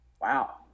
Wow